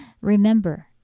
Remember